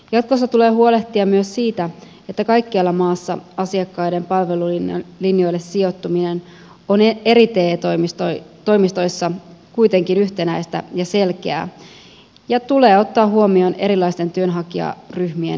jatkossa tulee huolehtia myös siitä että kaikkialla maassa asiakkaiden palvelulinjoille sijoittuminen on eri te toimistoissa kuitenkin yhtenäistä ja selkeää ja tulee ottaa huomioon erilaisten työnhakijaryhmien erityistarpeet